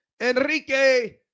Enrique